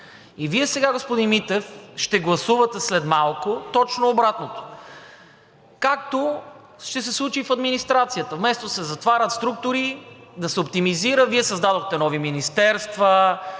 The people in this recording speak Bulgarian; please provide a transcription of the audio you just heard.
И Вие сега, господин Митев, ще гласувате след малко точно обратното, както ще се случи и в администрацията – вместо да се затварят структури, да се оптимизира, Вие създадохте нови министерства,